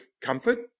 comfort